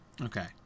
Okay